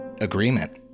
agreement